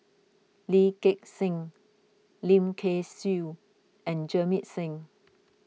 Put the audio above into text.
Lee Gek Seng Lim Kay Siu and Jamit Singh